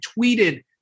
tweeted